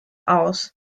aus